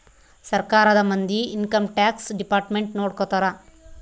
ಸರ್ಕಾರದ ಮಂದಿ income tax department ನೊಡ್ಕೋತರ